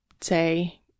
say